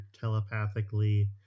telepathically